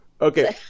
Okay